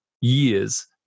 years